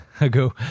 ago